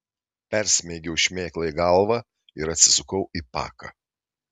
persmeigiau šmėklai galvą ir atsisukau į paką